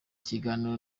kiganiro